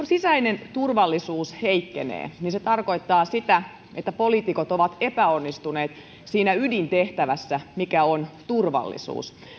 sisäinen turvallisuus heikkenee se tarkoittaa sitä että poliitikot ovat epäonnistuneet siinä ydintehtävässä mikä on turvallisuus